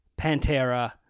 Pantera